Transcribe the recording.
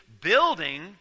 building